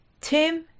tim